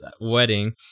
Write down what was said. wedding